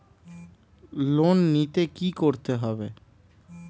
Loan নিতে কী করতে হবে?